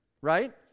right